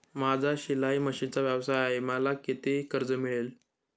माझा शिलाई मशिनचा व्यवसाय आहे मला किती कर्ज मिळेल?